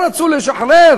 הממשלה,